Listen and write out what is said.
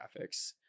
graphics